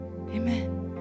Amen